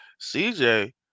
CJ